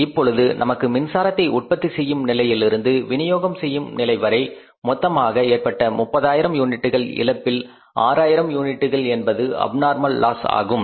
இப்பொழுது நமக்கு மின்சாரத்தை உற்பத்தி செய்யும் நிலையிலிருந்து விநியோகம் செய்யும் நிலை வரை மொத்தமாக ஏற்பட்ட 30000 யூனிட்கள் இழப்பில் 6000 யூனிட்டுகள் என்பது அப்நார்மல் லாஸ் ஆகும்